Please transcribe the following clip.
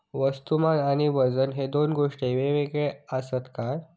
वस्तुमान आणि वजन हे दोन गोष्टी वेगळे आसत काय?